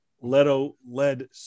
Leto-led